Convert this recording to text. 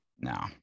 No